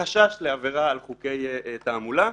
חשש לעבירה על חוקי תעמולה.